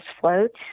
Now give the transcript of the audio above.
floats